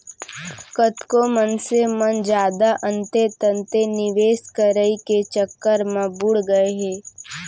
कतको मनसे मन जादा अंते तंते निवेस करई के चक्कर म बुड़ गए हे